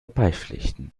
beipflichten